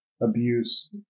abuse